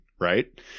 right